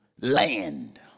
land